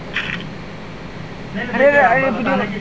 यई इम्यूनिटी सिस्टमक मजबूत करवार तने महत्वपूर्ण भूमिका निभा छेक